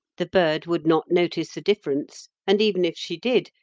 the bird would not notice the difference, and, even if she did,